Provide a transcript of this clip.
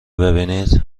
ببینید